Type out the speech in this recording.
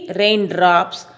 raindrops